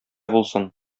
булсын